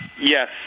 Yes